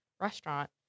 restaurant